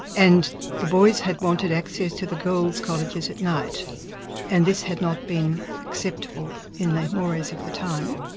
and the boys had wanted access to the girls' colleges at night and this had not been acceptable in the mores of the time.